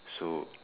so